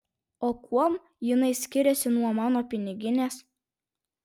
o kuom jinai skiriasi nuo mano piniginės